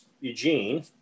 Eugene